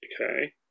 Okay